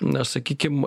na sakykim